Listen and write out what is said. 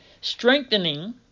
strengthening